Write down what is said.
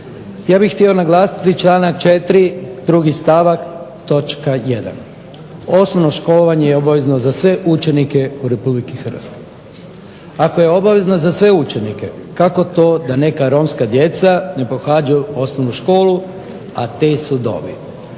Ja bih htio naglasiti članak 4. drugi stavak, točka 1. Osnovno školovanje je obavezno za sve učenike RH. Ako je obavezno za sve učenike kako to da neka Romska djeca ne pohađaju osnovnu školu, a te su dobi.